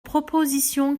proposition